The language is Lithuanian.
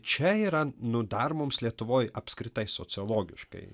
čia yra nu dar mums lietuvoj apskritai sociologiškai